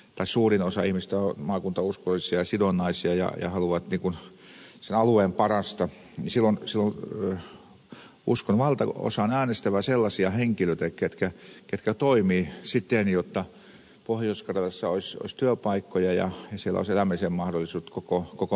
meillä suurin osa ihmisistä on hyvin maakuntauskollisia ja sidonnaisia ja haluaa sen alueen parasta niin silloin uskon valtaosan äänestävän sellaisia henkilöitä ketkä toimivat siten jotta pohjois karjalassa olisi työpaikkoja ja siellä olisi elämisen mahdollisuudet koko maakunnassa